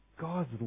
God's